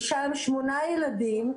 אישה עם שמונה ילדים,